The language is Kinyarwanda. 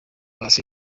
paccy